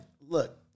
look